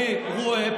אני רואה,